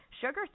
sugar